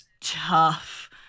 tough